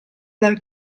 dal